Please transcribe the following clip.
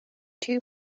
two